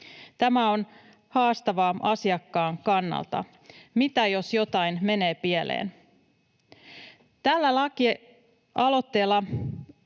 Tämä on haastavaa asiakkaan kannalta. Mitä jos jotain menee pieleen? Tällä lakialoitteella